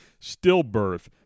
Stillbirth